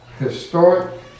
historic